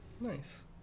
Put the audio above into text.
Nice